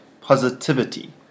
positivity